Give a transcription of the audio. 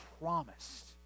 promised